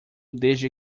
desde